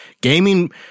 Gaming